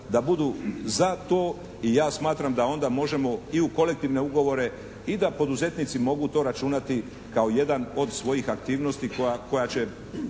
da budu za to i ja smatram da onda možemo i u kolektivne ugovore i da poduzetnici mogu to računati kao jedan od svojih aktivnosti koja će